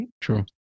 True